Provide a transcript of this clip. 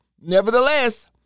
nevertheless